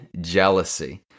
jealousy